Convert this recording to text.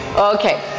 Okay